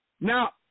Now